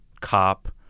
cop